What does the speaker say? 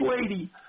lady